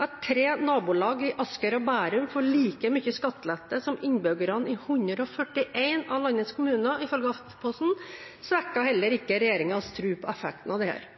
At tre nabolag i Asker og Bærum får like mye i skattelette som innbyggerne i 141 av landets kommuner, ifølge Aftenposten, svekker heller ikke regjeringens tro på effekten av dette.